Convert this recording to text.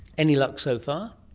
any luck so far?